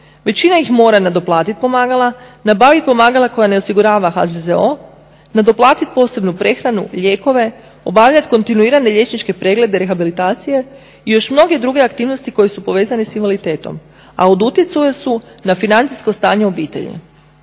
Većina ih mora nadoplatiti pomagala, nabavit pomagala koja ne osigurava HZZO, nadoplatit posebnu prehranu, lijekova, obavljati kontinuirane liječničke preglede, rehabilitacije i još mnoge druge aktivnosti koje su povezane s invaliditetom a od utjecaja su na financijsko stanje u obitelji.